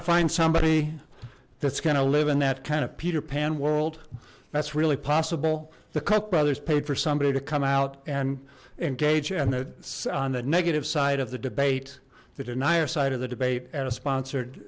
somebody that's going to live in that kind of peter pan world that's really possible the koch brothers paid for somebody to come out and engage and the on the negative side of the debate the denier side of the debate and a sponsored